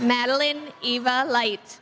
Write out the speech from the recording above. madeline eva light